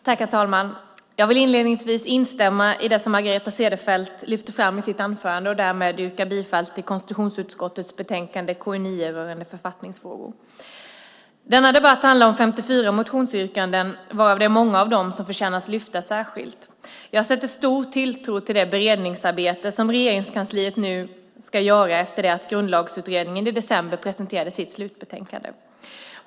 Herr talman! Jag vill inledningsvis instämma i det som Margareta Cederfelt lyft fram i sitt anförande och därmed också yrka bifall till konstitutionsutskottets förslag i betänkande KU9 rörande författningsfrågor. Denna debatt handlar om 54 motionsyrkanden, av vilka många förtjänar att särskilt lyftas fram. Jag sätter stor tilltro till det beredningsarbete som Regeringskansliet nu ska göra - detta efter det att Grundlagsutredningen i december presenterat sitt slutbetänkande.